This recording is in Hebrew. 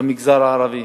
במגזר הערבי.